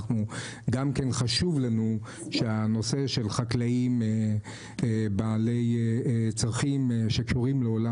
חשוב לנו שהנושא של חקלאים בעלי צרכים שקשורים לעולם